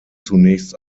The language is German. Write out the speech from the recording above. zunächst